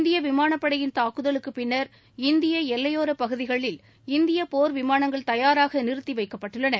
இந்திய விமானப்படையின் தாக்குதலுக்கு பின்னர் இந்திய எல்லையோரப் பகுதிகளில் இந்திய போர் விமானங்கள் தயாராக நிறுத்தி வைக்கப்பட்டுள்ளன